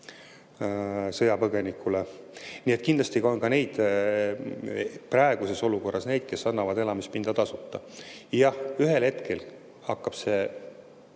sõjapõgenikule tasuta. Nii et kindlasti on ka praeguses olukorras neid, kes annavad elamispinda tasuta. Jah, ühel hetkel hakkab see